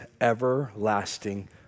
Everlasting